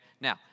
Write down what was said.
Now